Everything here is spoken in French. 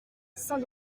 saint